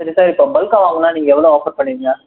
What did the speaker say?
சரி சார் இப்போது பல்க்காக வாங்கினா நீங்கள் எவ்வளோ ஆஃபர் பண்ணுவீங்க